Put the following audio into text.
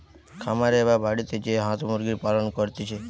খামারে বা বাড়িতে যে হাঁস মুরগির পালন করতিছে